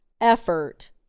effort